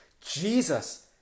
Jesus